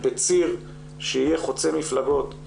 בציר שיהיה חוצה מפלגות,